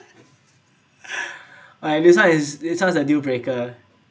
I this one is this one is a deal breaker